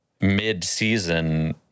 mid-season